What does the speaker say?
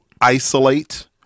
isolate